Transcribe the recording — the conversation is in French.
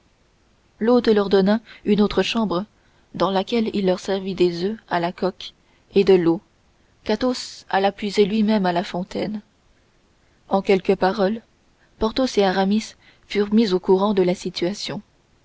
l'hôte leur donna une autre chambre dans laquelle il leur servit des oeufs à la coque et de l'eau qu'athos alla puiser lui-même à la fontaine en quelques paroles porthos et aramis furent mis au courant de la situation